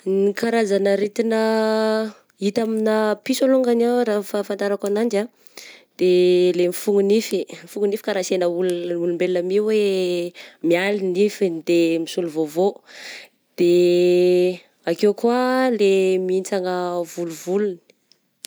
Ny karazagna aretigna hita amigna piso alongany ah, raha ny fahafantarako ananjy ah, de le mifogny nify mifogny nify ka raha sena olona olombelogna mi hoe mialy nifigny de misolo vôvô ,de akeo koa le mihintsagna volovolony.